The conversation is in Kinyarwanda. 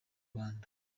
rwanda